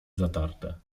zatarte